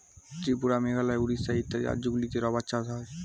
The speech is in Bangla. ত্রিপুরা, মেঘালয়, উড়িষ্যা ইত্যাদি রাজ্যগুলিতে রাবার চাষ হয়